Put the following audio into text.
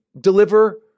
deliver